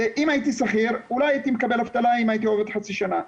ואם הייתי שכיר אולי הייתי מקבל אבטלה אם הייתי עובד חצי שנה.